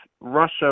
russia